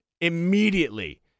immediately